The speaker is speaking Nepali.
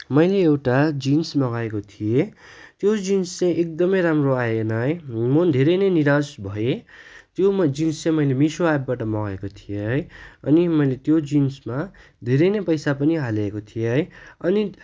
मैल एउटा जिन्स मगाएको थिएँ त्यो जिन्स चाहिँ एकदमै राम्रो आएन है म धेरै नै निराश भएँ त्यो जिन्स चाहिँ मैले मिसो एपबाट मगाएको थिएँ है अनि मैले त्यो जिन्समा धेरै नै पैसा पनि हालेको थिएँ है अनि